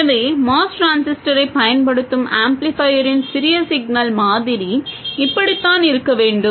எனவே MOS டிரான்சிஸ்டரைப் பயன்படுத்தும் ஆம்ப்ளிஃபையரின் சிறிய சிக்னல் மாதிரி இப்படித்தான் இருக்க வேண்டும்